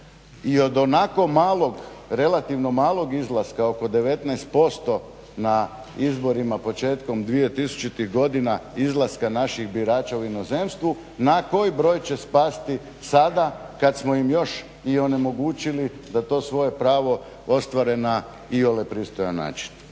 i od onakvog malog relativno malog izlaska oko 19% na izborima početkom 2000.godina izlaska naših birača u inozemstvu na koji broj će spasti sada kada smo im još onemogućili da to svoje pravo ostvare na iole pristojan način.